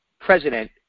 president